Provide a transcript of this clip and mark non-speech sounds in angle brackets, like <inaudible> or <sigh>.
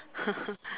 <laughs>